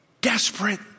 Desperate